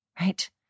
right